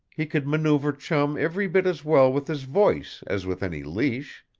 he could maneuver chum every bit as well with his voice as with any leash.